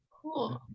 Cool